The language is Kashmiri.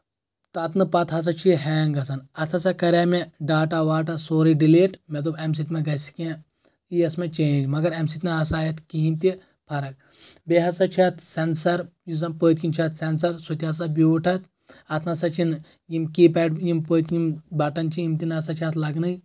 تتنہٕ پتہٕ ہسا چھِ یہِ ہینٛگ گژھان اتھ ہسا کرے مےٚ ڈاٹا واٹا سورُے ڈِلیٹ مےٚ دوٚپ اَمہِ سۭتۍ مہ گژھِ کینٛہہ یہِ ٲس مےٚ چینج مگر اَمہِ سۭتۍ نہٕ ہسا اتھِ کِہیٖنۍ تہِ فرق بیٚیہِ ہسا چھُ اتھ سینسر یُس زَن پٔتۍ کِنۍ چھُ اَتھ سیٚنسر سُہ تہِ ہسا بیوٗٹھ اتھ اتھ نسا چھِنہٕ یِم کیپیڈ یِم پٔتۍ یِم بٹن چھِ یِم تہِ نسا چھِ اتھ لگٲنی